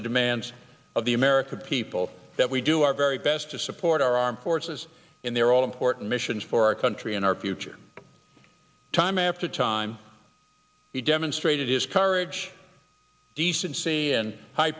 the demands of the american people that we do our very best to support our armed forces in their all important missions for our country and our future time after time he demonstrated his courage decency and hi